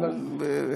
הוא חלק,